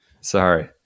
Sorry